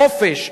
חופש,